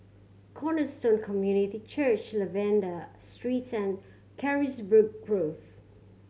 Cornerstone Community Church Lavender Streets and Carisbrooke Grove